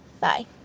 bye